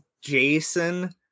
Jason